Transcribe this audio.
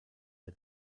del